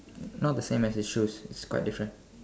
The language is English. not the same as his shoes it's quite different